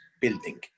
building